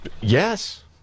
Yes